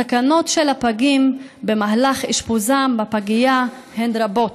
הסכנות של הפגים במהלך אשפוזם בפגייה הן רבות.